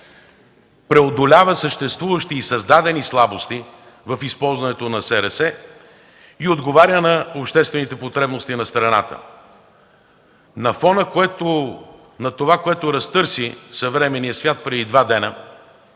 преодолява съществуващи и създадени слабости в използването на СРС и отговаря на обществените потребности на страната. На фона на това, което разтърси съвременния свят преди два дни